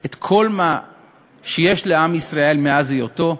את כל מה שיש לעם ישראל מאז היותו,